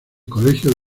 colegio